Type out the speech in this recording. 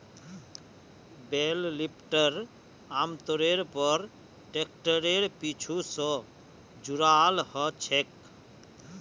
बेल lifter आमतौरेर पर ट्रैक्टरेर पीछू स जुराल ह छेक